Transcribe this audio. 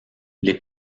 les